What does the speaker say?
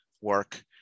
work